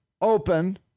open